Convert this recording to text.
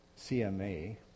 CMA